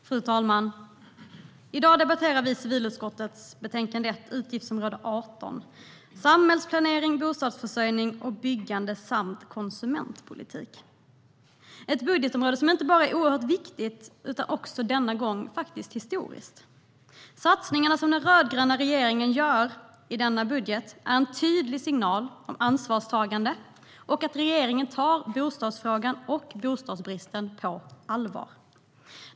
Fru talman! I dag debatterar vi civilutskottets betänkande 2015/16:CU1 Utgiftsområde 18 Samhällsplanering, bostadsförsörjning och byggande samt konsumentpolitik. Det är ett budgetområde som inte bara är oerhört viktigt utan denna gång också historiskt. Satsningarna som den rödgröna regeringen gör i denna budget är en tydlig signal om ansvarstagande och att regeringen tar bostadsfrågan och bostadsbristen på allvar.